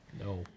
No